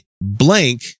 blank